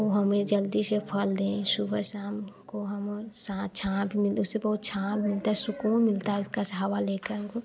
वो हमें जल्दी से फल दें सुबह शाम को हम सा छाह भी मिल उससे बहुत छाँव मिलता है सुकून मिलता है उसका छावा लेकर हमको